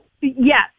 Yes